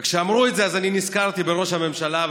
וכשאמרו את זה אני נזכרתי בראש הממשלה,